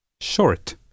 Short